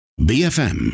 BFM